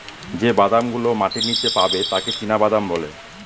যে বাদাম গুলো মাটির নীচে পাবে তাকে চীনাবাদাম বলে